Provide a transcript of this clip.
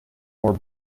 more